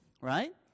right